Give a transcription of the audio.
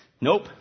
Nope